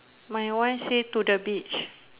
my one say to the beach